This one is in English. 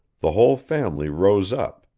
the whole family rose up,